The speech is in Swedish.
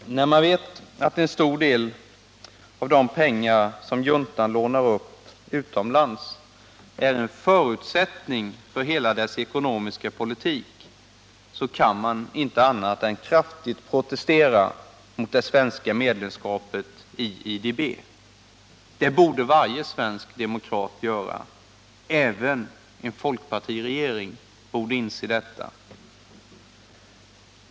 När man vet att en stor del av de pengar som juntan lånar upp utomlands är en förutsättning för hela dess ekonomiska politik kan man inte annat än kraftigt protestera mot det svenska medlemskapet i IDB. Det borde varje svensk demokrat göra. Även en folkpartiregering borde inse detta.